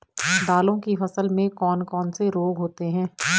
दालों की फसल में कौन कौन से रोग होते हैं?